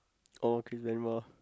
oh Kezema